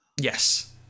Yes